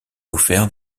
offert